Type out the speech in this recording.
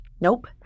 Nope